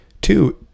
Two